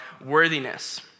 worthiness